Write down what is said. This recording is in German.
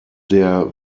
der